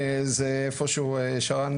שרן,